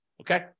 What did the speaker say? okay